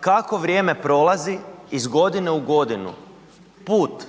kako vrijeme prolazi, iz godine u godinu, put